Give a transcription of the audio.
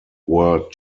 were